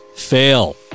fail